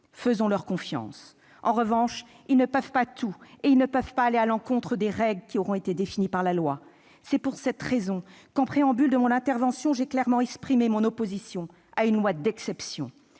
faisons-leur confiance ! En revanche, ils ne peuvent pas tout, et ils ne peuvent pas aller à l'encontre des règles qui auront été définies par la loi. C'est pour cette raison qu'en préambule de mon intervention j'ai clairement exprimé mon opposition à une loi d'exception.